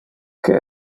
que